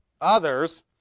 others